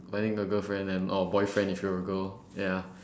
finding a girlfriend and oh boyfriend if you're a girl ya